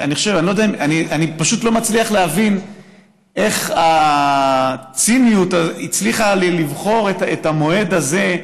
אני פשוט לא מצליח להבין איך הציניות הצליחה לבחור את המועד הזה,